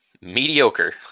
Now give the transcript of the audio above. Mediocre